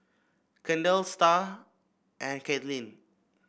Kendal Star and Katlynn